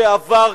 שעבר,